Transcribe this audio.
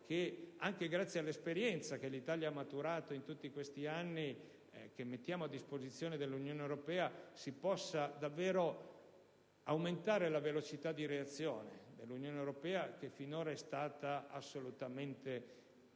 che, anche grazie all'esperienza che l'Italia ha maturato in tutti questi anni, e che mettiamo a disposizione dell'Unione europea, si possa aumentare la velocità di reazione dell'Unione europea, che finora è stata assolutamente troppo